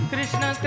Krishna